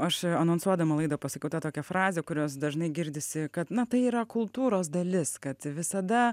aš anonsuodama laidą pasakau tą tokią frazę kurios dažnai girdisi kad na tai yra kultūros dalis kad visada